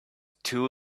too